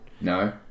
No